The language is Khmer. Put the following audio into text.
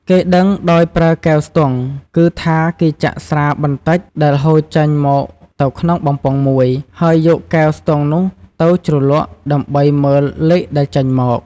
គេដឹងដោយប្រើកែវស្ទង់ គឺថាគេចាក់ស្រាបន្តិចដែលហូរចេញមកទៅក្នុងបំពង់មួយ ហើយយកកែងស្ទង់នោះទៅជ្រលក់ដើម្បីមើលលេខដែលចេញមក ។